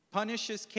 punishes